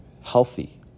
healthy